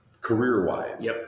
Career-wise